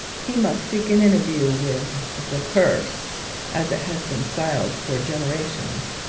he must seek an interview with the curse as it has been styled for generations.